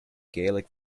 gaelic